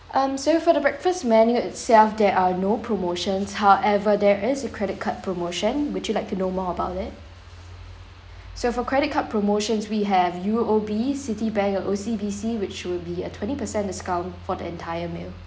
um so for the breakfast menu itself there are no promotions however there is a credit card promotion would you like to know more about it so for credit card promotions we have U_O_B citibank and O_C_B_C which will be a twenty percent discount for the entire meal